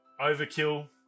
Overkill